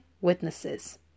witnesses